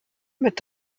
mit